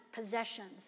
possessions